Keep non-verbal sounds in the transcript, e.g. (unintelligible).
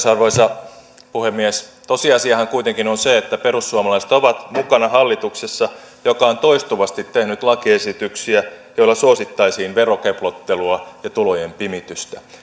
(unintelligible) arvoisa puhemies tosiasiahan kuitenkin on se että perussuomalaiset ovat mukana hallituksessa joka on toistuvasti tehnyt lakiesityksiä joilla suosittaisiin verokeplottelua ja tulojen pimitystä